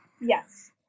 yes